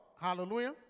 Hallelujah